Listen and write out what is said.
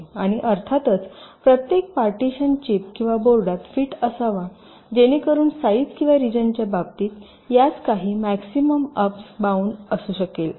आणि अर्थातच प्रत्येक पार्टीशन चिप किंवा बोर्डात फिट असावा जेणेकरून साईज किंवा रिजनच्या बाबतीत यास काही मॅक्सिमम अप्स बाउंड असू शकेल